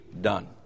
done